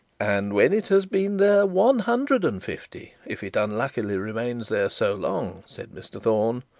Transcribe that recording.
and when it has been there one hundred and fifty, if it unluckily remain there so long said mr thorne,